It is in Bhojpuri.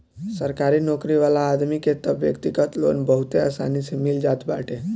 सरकारी नोकरी वाला आदमी के तअ व्यक्तिगत लोन बहुते आसानी से मिल जात बाटे